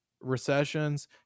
recessions